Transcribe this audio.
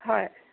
হয়